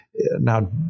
Now